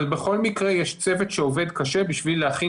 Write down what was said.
אבל בכל מקרה יש צוות שעובד קשה בשביל להכין